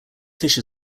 fish